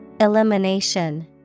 Elimination